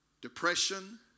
depression